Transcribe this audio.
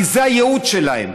כי זה הייעוד שלהם.